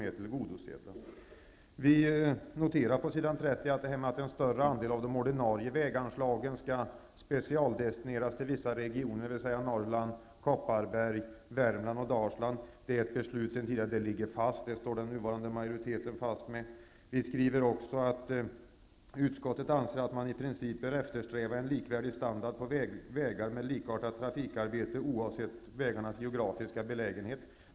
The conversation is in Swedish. Vi noterar på s. 30 att den nuvarande majoriteten står fast vid det tidigare beslutet att en större andel av de ordinarie väganslagen skall specialdestineras till vissa regioner, dvs. Norrland, Kopparberg, Värmland och Dalsland. Vi skriver också: ''Utskottet anser att man i princip bör eftersträva en likvärdig standard på vägar med likartat trafikarbete, oavsett vägarnas geografiska belägenhet''.